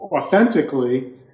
authentically